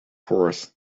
pours